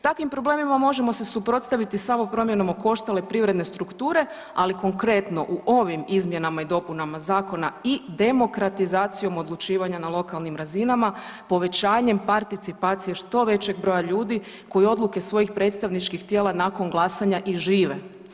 Takvim problemima možemo se suprotstaviti samo promjenom okoštale privredne strukture, ali konkretno u ovim izmjenama i dopunama zakona i demokratizacijom odlučivanja na lokalnim razinama, povećanjem participacije što većeg broja ljudi koje odluke svojih predstavničkih tijela nakon glasanja i žive.